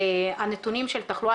הנתונים של תחלואה,